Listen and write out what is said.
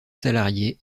salariés